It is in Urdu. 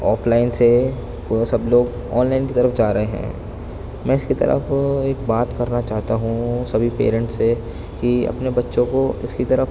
آف لائن سے وہ سب لوگ آن لائن کی طرف جا رہے ہیں میں اس کی طرف ایک بات کرنا چاہتا ہوں سبھی پیرنٹس سے کہ اپنے بچّوں کو اس کی طرف